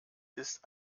ist